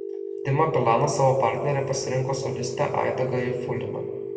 dima bilanas savo partnere pasirinko solistę aidą garifuliną